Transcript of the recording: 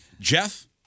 Jeff